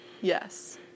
Yes